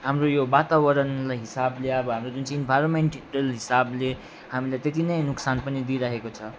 हाम्रो यो वातावरणलाई हिसाबले अब हाम्रो जुन चाहिँ इन्भाइरोनमेन्ट हिसाबले हामीलाई त्यति नै नुकसान पनि दिइरहेको छ